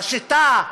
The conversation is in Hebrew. השיטה,